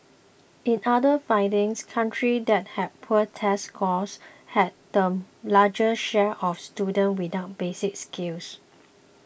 in other findings countries that had poor test scores had the largest share of students without basic skills